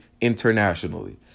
internationally